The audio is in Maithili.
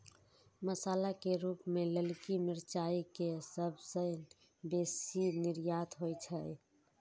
मसाला के रूप मे ललकी मिरचाइ के सबसं बेसी निर्यात होइ छै